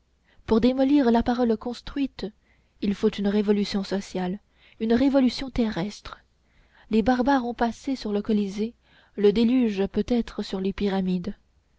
pour démolir la parole construite il faut une révolution sociale une révolution terrestre les barbares ont passé sur le colisée le déluge peut-être sur les pyramides